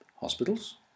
Hospitals